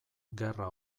gerra